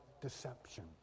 deception